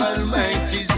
Almighty